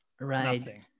Right